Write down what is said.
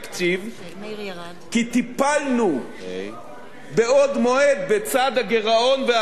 כי טיפלנו בעוד מועד בצד הגירעון וההכנסות,